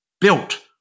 built